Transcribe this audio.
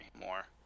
more